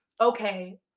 okay